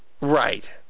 Right